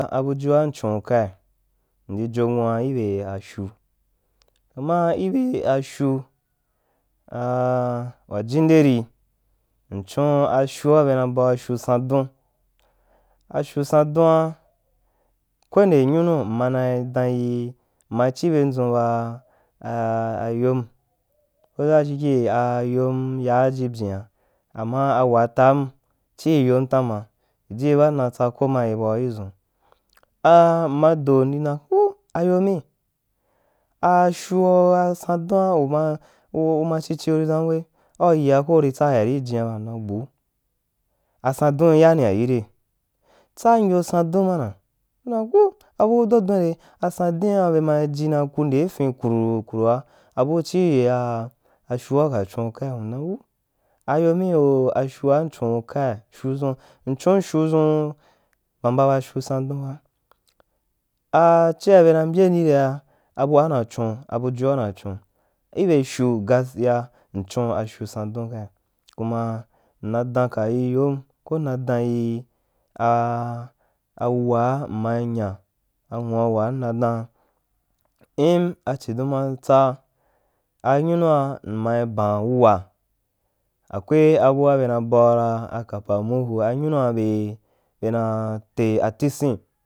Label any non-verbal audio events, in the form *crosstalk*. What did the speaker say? A abujua m cho un kai ndi jonwua i be afyu, tanma ibe a fya a *hesitation* wajinderi m chon fyua bena bau ra afyu san dun, afyusan duan kwende nyunu nma chi byendʒun ba ayom ko dashike agom yaa i jibyian ama aua tam chi yom tama yige ba m nau tsa ko ye bau idʒ un, a mma do mdi dan ku ayomi achu a sanduan ima ku ma chichi a kuidan we au yia ko kui tsayea ri jian ba mdam gbuu a seu dun iyan la rire tsu nyo san dun mana kudan gbu abuu dodon ire asendura be maji na kundai fin kurur kurua abuu chii a *hesitation* afyua uka chuan kai m dan wu enyomí oh afyua mchun kaí m chun fyudʒun mba mba ba fyu sandun ba a achea be na mbyem chire a abua unai chun afyua una chun abuyua unaǐ chun, i be fyu gaskiya in chou sandun kai kuma m na danka yi yom ko mna daniyi a wu waa m nai nya a nwuawa n na daun ina a chidum ma tsa amyumua mmaī ban wuwa akwe abua bena bau ra kapa murhu anyu nua bei benate a tisin.